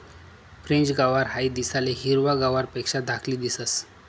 French गवार हाई दिसाले हिरवा गवारपेक्षा धाकली दिसंस